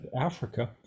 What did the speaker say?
Africa